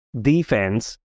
defense